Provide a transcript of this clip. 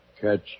catch